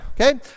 Okay